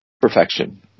Perfection